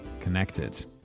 connected